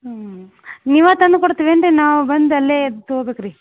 ಹ್ಞೂ ನೀವೇ ತಂದು ಕೊಡ್ತಿರೇನು ರೀ ನಾವು ಬಂದು ಅಲ್ಲೇ ತಗೋಬೇಕ ರೀ